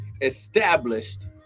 established